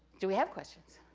do we have questions?